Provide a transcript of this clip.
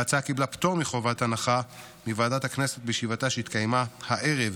וההצעה קיבלה פטור מחובת הנחה מוועדת הכנסת בישיבתה שהתקיימה הערב,